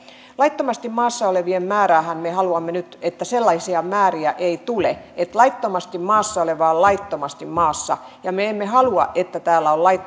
laittomasti maassa olevien määrän osaltahan me haluamme nyt että sellaisia määriä ei tule laittomasti maassa oleva on laittomasti maassa ja me emme halua että täällä